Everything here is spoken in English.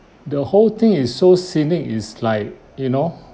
the whole thing is so scenic is like you know